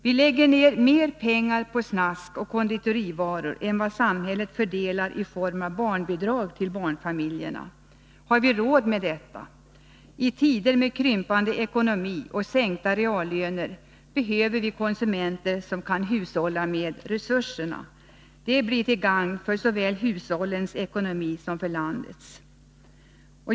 Vi lägger ner mer pengar på snask och konditorivaror än vad samhället fördelar i form av barnbidrag till barnfamiljerna. Har vi råd med detta? I tider med krympande ekonomi och sänkta reallöner behöver vi konsumenter som kan hushålla med resurserna. Detta blir till gagn för såväl hushållens ekonomi som för landets.